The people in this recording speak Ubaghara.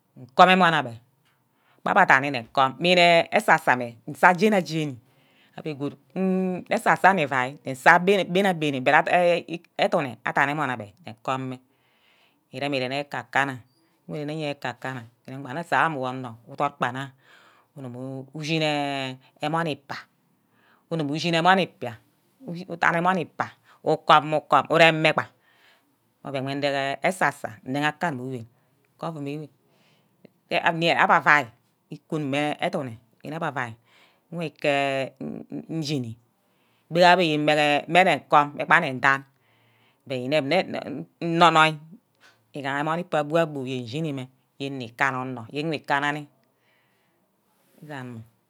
Nkomo emon abbe gba abbe adan-mme nkom, mmene esa-sa abbe, nsa jeni ajeni abbe gud asasai nni vai, nsa bena-bene but eh eduniadan emon abbe nkum mme irem-irene eka-kana, ndeme nne yene irene eka-kana, urene asam mme onor, udot gba-nna ugumu ushineh emon ikpa, unim ushine emon ikpa, udavumn emon ikpa, ukum mor ukum, urem-mme gba, mme oven ndeghe esa-sah nnegeh akanu uyen ke ovum ewe ke ami re abba avai ikun mme eduno yene abba avail nwe ke nshini, gbage ami imege mmene nko ago akpa mme nne nkum oven inep nne nnoi-noi igaha amon ikpa bua-boo yene nshini-meh, yen nnikana onor, yen igwi kana-ne nsen mma.